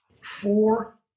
four